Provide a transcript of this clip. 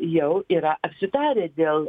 jau yra apsitarę dėl